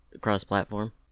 Cross-platform